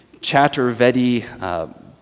Chaturvedi